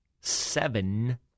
seven